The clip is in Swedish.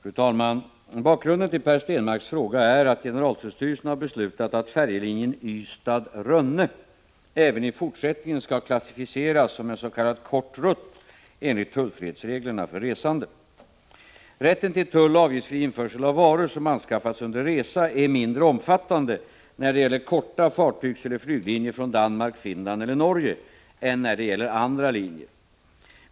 RR Ar Re Or Ran Raksninden tillPerS ks fråga ä Itullstyrel viss förjerafik ru talman! Bakgrunden till Per Stenmarcks fråga är att generaltullstyrel Rätten till tulloch avgiftsfri införsel av varor som anskaffats under resa är mindre omfattande när det gäller korta fartygseller flyglinjer från Danmark, Finland eller Norge än när det gäller andra linjer.